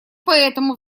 поэтому